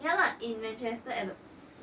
ya like in manchester at the